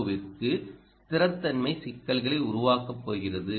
ஓ வுக்கு ஸ்திரத்தன்மை சிக்கல்களை உருவாக்கப் போகிறது